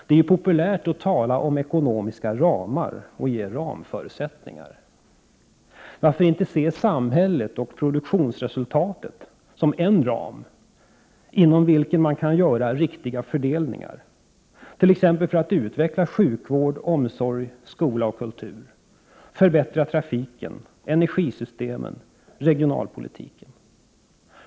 Det är ju populärt att tala om ekonomiska ramar och att ge ramförutsättningar. Men varför inte se samhället och produktionsresultatet som en ram inom vilken man kan göra riktiga fördelningar — t.ex. för att utveckla sjukvård, omsorg, skola och kultur och för att förbättra trafiken, energisystemen och regionalpolitiken?